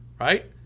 Right